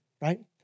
right